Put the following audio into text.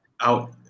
out